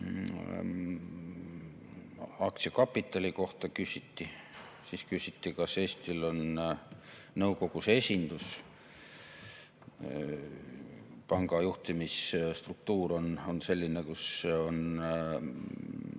Aktsiakapitali kohta küsiti. Siis küsiti, kas Eestil on nõukogus esindus. Panga juhtimisstruktuur on selline, et